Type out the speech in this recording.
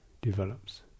develops